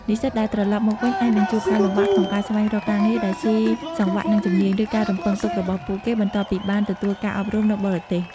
និស្សិតដែលត្រឡប់មកវិញ អាចនឹងជួបការលំបាកក្នុងការស្វែងរកការងារដែលស៊ីសង្វាក់នឹងជំនាញ ឬការរំពឹងទុករបស់ពួកគេ បន្ទាប់ពីបានទទួលការអប់រំនៅបរទេស។